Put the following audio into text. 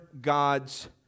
God's